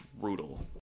brutal